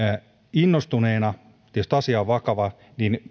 innostuneena tietysti asia on vakava